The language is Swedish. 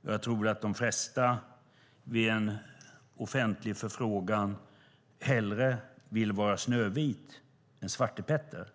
Men jag tror att de flesta, vid en offentlig förfrågan, hellre vill vara Snövit än Svarte Petter,